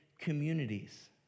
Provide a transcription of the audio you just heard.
communities